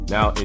Now